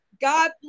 God